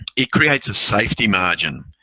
it creates a safety margin,